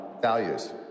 values